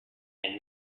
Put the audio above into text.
and